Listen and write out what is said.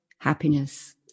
happiness